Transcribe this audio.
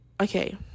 okay